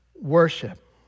worship